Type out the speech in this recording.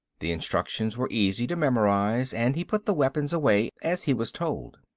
the instructions were easy to memorize, and he put the weapons away as he was told.